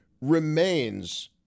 remains